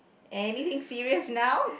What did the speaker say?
anything serious now